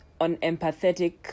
unempathetic